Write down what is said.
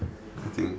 I think